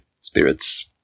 spirits